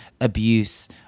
abuse